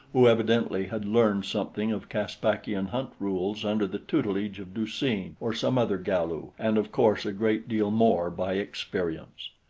who evidently had learned something of caspakian hunt rules under the tutelage of du-seen or some other galu, and of course a great deal more by experience.